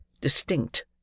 distinct